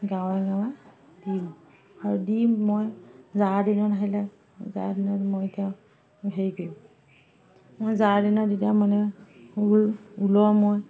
গাঁৱে গাঁৱে দিওঁ আৰু দি মই জাৰৰ দিনত আহিলে জাৰৰ দিনত মই এতিয়া হেৰি কৰিম মই জাৰৰ দিনত এতিয়া মানে ওল ওলৰ মই